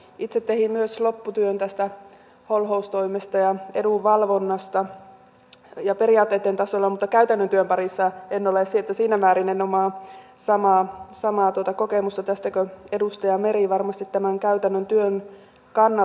itse tein myös lopputyön tästä holhoustoimesta ja edunvalvonnasta periaatteitten tasolla mutta käytännön työn parissa en ole ollut että siinä määrin en omaa samaa kokemusta tästä kuin edustaja meri varmasti tämän käytännön työn kannalta